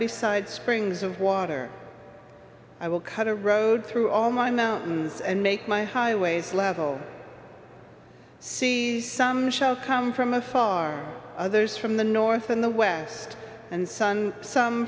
besides springs of water i will cut a road through all my mountains and make my highways level see some shall come from afar others from the north and the west and sun some